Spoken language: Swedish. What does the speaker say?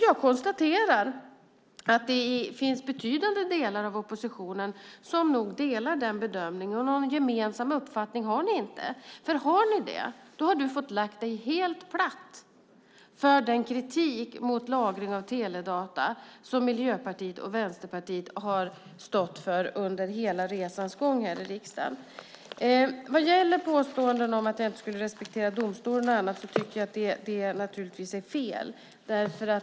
Jag konstaterar att betydande delar av oppositionen nog håller med om den bedömningen. Någon gemensam uppfattning har ni inte. Om ni har det har du fått lägga dig platt för den kritik mot lagring av teledata som Miljöpartiet och Vänsterpartiet har stått för här i riksdagen under resans gång. Påståendet att jag inte respekterar domstolen är fel.